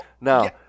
now